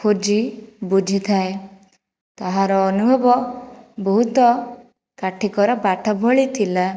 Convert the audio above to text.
ଖୋଜି ବୁଝିଥାଏ ତାହାର ଅନୁଭବ ବହୁତ କାଠିକର ପାଠ ଭଳି ଥିଲା